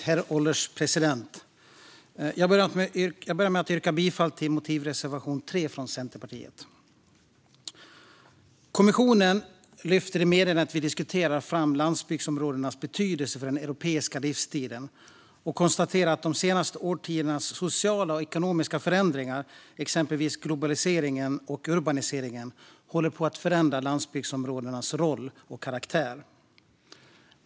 Herr ålderspresident! Jag vill börja med att yrka bifall till motivreservation 3 från Centerpartiet. Kommissionen lyfter i det meddelande vi diskuterar fram landsbygdsområdenas betydelse för den europeiska livsstilen och konstaterar att de senaste årtiondenas sociala och ekonomiska förändringar, exempelvis globaliseringen och urbaniseringen, håller på att förändra landsbygdsområdenas roll och karaktär.